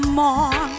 more